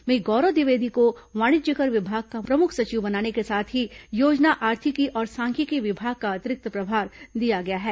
वहीं गौरव द्विवेदी को वाणिज्यकर विभाग का प्रमुख सचिव बनाने के साथ ही योजना आर्थिकी और सांख्यिकी विभाग का अतिरिक्त प्रभार दिया गया है